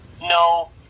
no